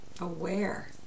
aware